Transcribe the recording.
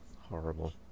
Horrible